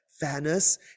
fairness